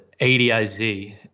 ADIZ